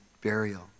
burial